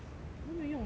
nobody 用 liao [what]